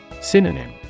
Synonym